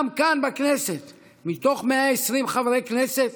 גם כאן בכנסת, מתוך 120 חברי כנסת